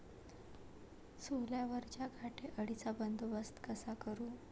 सोल्यावरच्या घाटे अळीचा बंदोबस्त कसा करू?